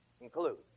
include